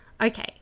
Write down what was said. Okay